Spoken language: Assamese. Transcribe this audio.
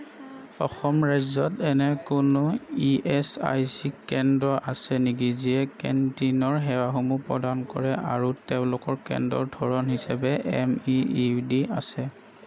অসম ৰাজ্যত এনে কোনো ই এচ আই চি কেন্দ্ৰ আছে নেকি যিয়ে কেন্টিনৰ সেৱাসমূহ প্ৰদান কৰে আৰু তেওঁলোকৰ কেন্দ্ৰৰ ধৰণ হিচাপে এম ই ইউ ডি আছে